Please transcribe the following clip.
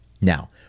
Now